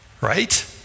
Right